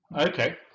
okay